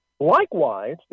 Likewise